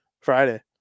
Friday